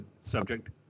subject